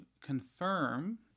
confirm